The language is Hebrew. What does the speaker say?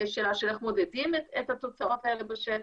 יש שאלה של איך מודדים את התוצאות האלה בשטח.